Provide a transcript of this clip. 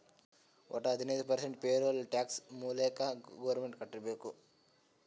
ವಟ್ಟ ಹದಿನೈದು percent payroll tax ಮಾಲ್ಲಾಕೆ ಗೌರ್ಮೆಂಟ್ಗ್ ಕಟ್ಬೇಕ್